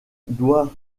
doit